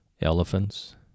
elephants